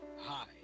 Hi